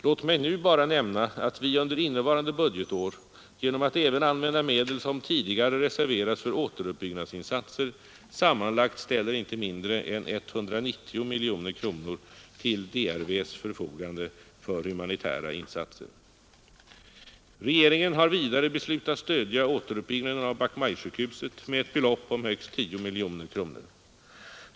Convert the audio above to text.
Låt mig nu bara nämna att vi under innevarande budgetår genom att även använda medel som tidigare reserverats för återuppbyggnadsinsatser sammanlagt ställer inte mindre än 190 miljoner kronor till DRV:s förfogande för humanitära insatser. Regeringen har vidare beslutat stödja återuppbyggnaden av Bach Mai-sjukhuset med ett belopp om högst 10 miljoner kronor.